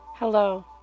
Hello